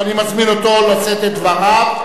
ואני מזמין אותו לשאת את דבריו.